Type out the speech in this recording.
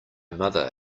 mother